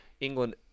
England